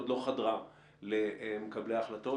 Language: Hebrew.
עוד לא חדרה למקבלי החלטות.